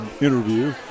interview